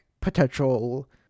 potential